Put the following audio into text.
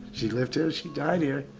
she lived here, she died here,